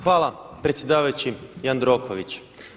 Hvala predsjedavajući Jandroković.